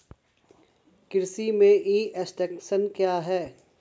कृषि में e extension क्या है?